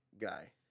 guy